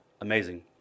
amazing